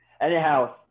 Anyhow